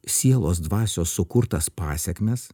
sielos dvasios sukurtas pasekmes